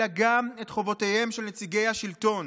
אלא גם את חובותיהם של נציגי השלטון,